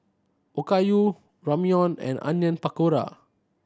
Okayu Ramyeon and Onion Pakora